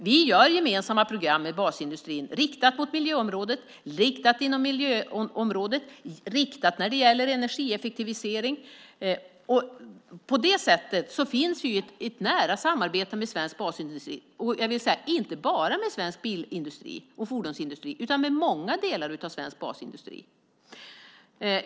Vi har gemensamma program för basindustrin, riktat mot miljöområdet, riktat mot energieffektivisering. På det sättet finns vi i ett nära samarbete med svensk basindustri - och inte bara, vill jag säga, med svensk bil och fordonsindustri utan med många delar av svensk basindustri.